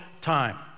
time